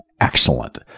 excellent